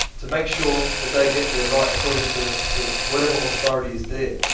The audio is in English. to make sure that they get their right according to to whatever authority is there.